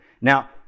Now